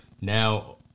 now